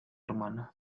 hermana